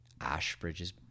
Ashbridge's